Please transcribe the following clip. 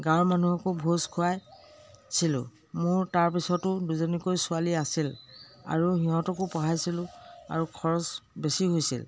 গাঁৱৰ মানুহকো ভোজ খোৱাইছিলোঁ মোৰ তাৰ পিছতো দুজনীকৈ ছোৱালী আছিল আৰু সিহঁতকো পঢ়াইছিলোঁ আৰু খৰচ বেছি হৈছিল